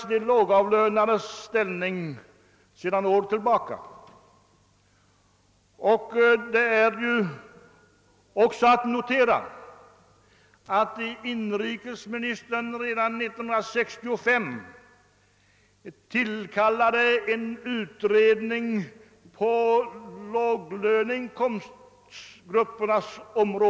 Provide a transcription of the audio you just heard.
De lågavlönades ställning är ingalunda något nytt problem — det har diskuterats under flera år. Redan 1965 tillsatte inrikesministern en utredning beträffande låginkomstgrupperna.